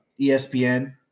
ESPN